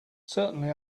certainly